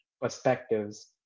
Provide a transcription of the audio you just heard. perspectives